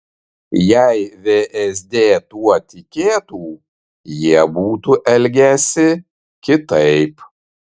jei vsd tuo tikėtų jie būtų elgęsi kitaip